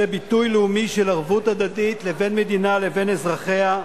זה ביטוי לאומי של ערבות הדדית בין מדינה לבין אזרחיה.